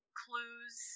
clues